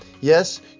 Yes